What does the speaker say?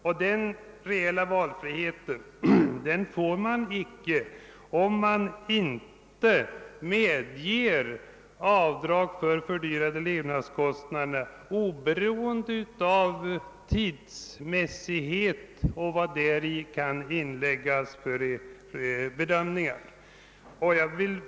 Den valfriheten saknas, om man inte får göra avdrag för fördyrade levnadskostnader, oberoende av tidsmässighet och övriga bedömningar som däri kan inläggas.